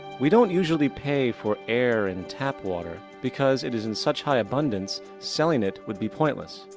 we don't usually pay for air and tap water, because it is in such high abundance, selling it would be pointless.